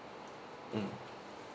mm